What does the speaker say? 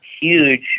huge